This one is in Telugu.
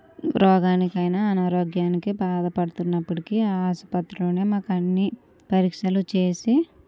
రోగానికైనా అనారోగ్యానికి భాధపడుతున్నప్పటికి ఆ ఆసుపత్రిలోనే మాకన్నీ పరీక్షలు చేసి